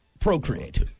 Procreate